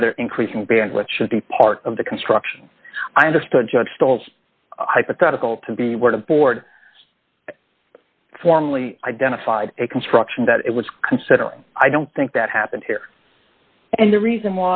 whether increasing bandwidth should be part of the construction i understood judge stolz hypothetical to be where the board formally identified a construction that it was considering i don't think that happened here and the reason